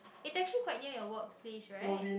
it's actually quite near your workplace right